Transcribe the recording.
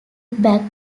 back